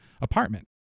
apartment